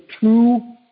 two